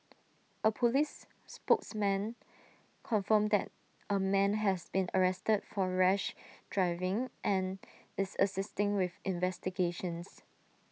A Police spokesman confirmed that A man has been arrested for rash driving and is assisting with investigations